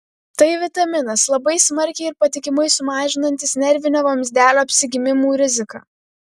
tai vitaminas labai smarkiai ir patikimai sumažinantis nervinio vamzdelio apsigimimų riziką